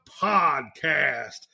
podcast